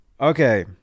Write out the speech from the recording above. okay